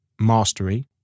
Mastery